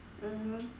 mmhmm